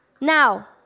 Now